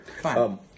Fine